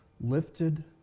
lifted